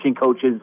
coaches